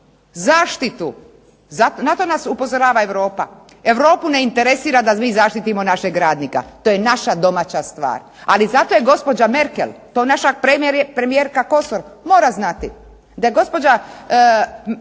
zaštitu. Na to nas upozorava Europa. Europu ne interesira da mi zaštitimo našeg radnika, to je naša domaća stvar. Ali zato je gospođa Merkel to naša premijerka Kosor mora znati, da je gospođa Merkel